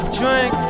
drink